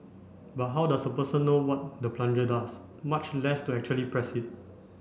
but how does a person know what the plunger does much less to actually press it